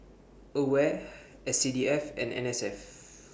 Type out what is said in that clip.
AWARE S C D F and N S F